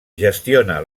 gestiona